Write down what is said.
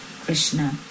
Krishna